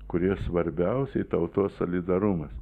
kurie svarbiausiai tautos solidarumas